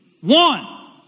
One